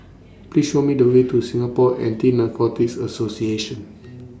Please Show Me The Way to Singapore Anti Narcotics Association